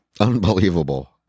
Unbelievable